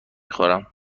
خورم